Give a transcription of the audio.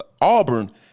auburn